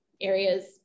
areas